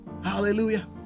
Hallelujah